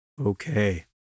Okay